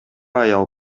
аял